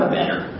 better